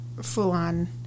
full-on